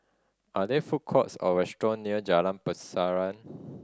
are there food courts or restaurant near Jalan Pasaran